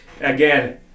Again